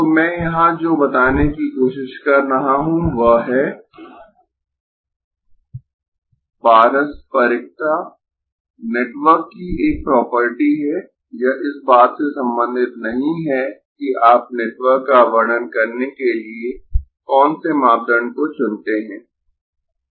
तो मैं यहाँ जो बताने की कोशिश कर रहा हूँ वह है पारस्परिकता नेटवर्क की एक प्रॉपर्टी है यह इस बात से संबंधित नहीं है कि आप नेटवर्क का वर्णन करने के लिए कौन से मापदंड को चुनते है